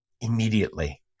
immediately